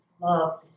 Love